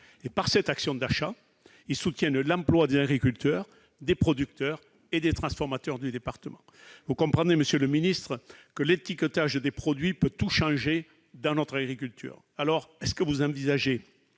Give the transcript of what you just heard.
par cette action d'achat, ils soutiennent l'emploi des agriculteurs, des producteurs et des transformateurs du département. Vous comprenez, monsieur le ministre, que l'étiquetage des produits peut tout changer pour notre agriculture. Envisagez-vous de